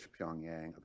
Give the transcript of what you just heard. Pyongyang